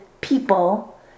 people